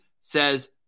says